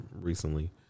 recently